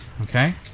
Okay